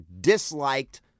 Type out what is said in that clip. disliked